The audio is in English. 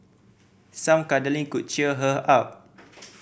some cuddling could cheer her up